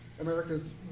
America's